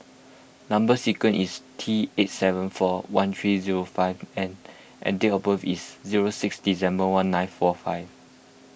Number Sequence is T eight seven four one three zero five N and date of birth is zero six December one nine four five